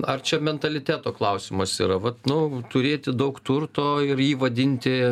ar čia mentaliteto klausimas yra vat nu turėti daug turto ir jį vadinti